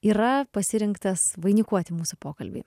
yra pasirinktas vainikuoti mūsų pokalbį